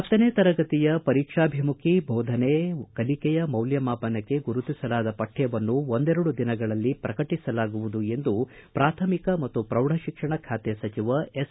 ಪತ್ತನೇ ತರಗತಿಯ ಪರೀಕ್ಷಾಭಿಮುಖಿ ಬೋಧನೆ ಕಲಿಕೆಯ ಮೌಲ್ಯಮಾಪನಕ್ಕೆ ಗುರುತಿಸಲಾದ ಪಠ್ಯವನ್ನು ಒಂದೆರಡು ದಿನಗಳಲ್ಲಿ ಪ್ರಕಟಸಲಾಗುವುದು ಎಂದು ಪ್ರಾಥಮಿಕ ಮತ್ತು ಪ್ರೌಢಶಿಕ್ಷಣ ಬಾತೆ ಸಚಿವ ಎಸ್